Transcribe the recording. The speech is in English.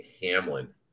Hamlin